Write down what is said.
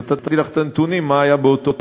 נתתי לך את הנתונים, מה היה באותו חודש.